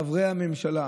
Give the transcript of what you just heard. על חברי הממשלה.